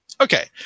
Okay